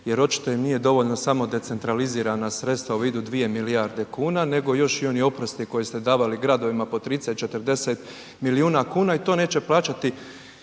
jer očito im nije dovoljno samo decentralizirana sredstva u vidu dvije milijarde kuna, nego još i oni oprosti koje ste davali gradovima po 30, 40 milijuna kuna i to neće plaćati